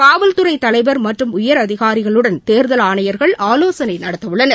காவல் துறை தலைவர் மற்றும் உயர் அதிகாரிகளுடன் தேர்தல் ஆணையர்கள் ஆலோசனை நடத்த உள்ளனர்